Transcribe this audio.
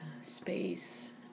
space